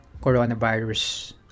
coronavirus